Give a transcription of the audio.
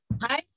Hi